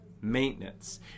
maintenance